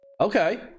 okay